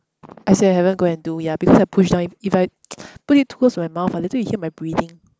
I say I haven't go and do ya because I pushed down if I put it towards my mouth ah later you hear my breathing